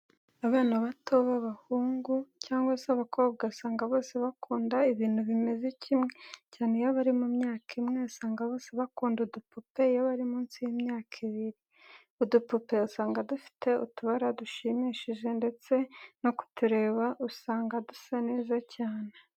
Abana bato baba abahungu cyangwa se abakobwa usanga bose bakunda ibintu bimeze kimwe, cyane iyo bari mu myaka imwe, usanga bose bakunda udupupe iyo bari munsi y'imyaka ibiri. Udupupe usanga tuba dufite utubara dushimishije ndetse no kutureba usanga dusa neza cyane.